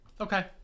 okay